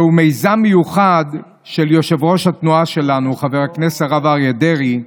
זהו מיזם מיוחד של יושב-ראש התנועה שלנו חבר הכנסת הרב אריה דרעי,